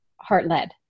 heart-led